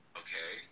okay